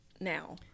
now